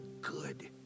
good